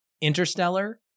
interstellar